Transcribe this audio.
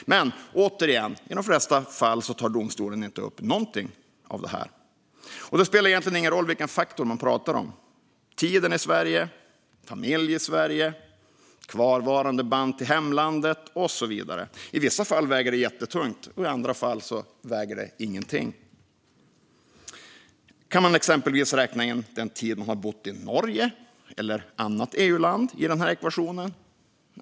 Men återigen, i de flesta fall tar domstolen inte upp någonting av det här. Det spelar egentligen ingen roll vilken faktor man pratar om - tiden i Sverige, familj i Sverige, kvarvarande band till hemlandet och så vidare. I vissa fall väger det jättetungt, i andra fall väger det ingenting. Kan man exempelvis räkna in den tid man har bott i Norge eller annat EU-land i den här ekvationen?